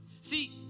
See